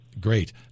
Great